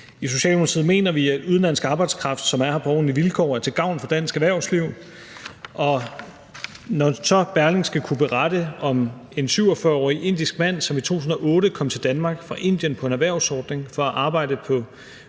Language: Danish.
I Socialdemokratiet mener vi, at udenlandske arbejdstagere, som er her på ordentlige vilkår, er til gavn for dansk erhvervsliv. Berlingske kunne berette om en 47-årig indisk mand, som i 2008 kom til Danmark fra Indien på en erhvervsordning for at arbejde på